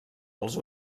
els